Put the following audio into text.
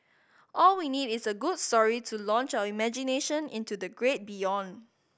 all we need is a good story to launch our imagination into the great beyond